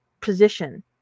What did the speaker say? position